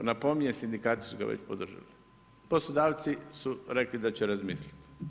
Napominjem, sindikati su ga već podržali, poslodavci su rekli da će razmisliti.